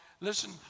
Listen